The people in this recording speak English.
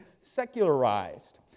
secularized